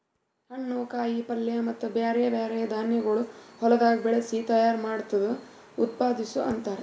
ಹಣ್ಣು, ಕಾಯಿ ಪಲ್ಯ ಮತ್ತ ಬ್ಯಾರೆ ಬ್ಯಾರೆ ಧಾನ್ಯಗೊಳ್ ಹೊಲದಾಗ್ ಬೆಳಸಿ ತೈಯಾರ್ ಮಾಡ್ದಕ್ ಉತ್ಪಾದಿಸು ಅಂತಾರ್